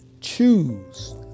choose